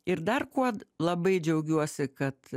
ir dar kuo labai džiaugiuosi kad